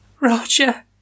Roger